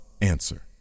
Answer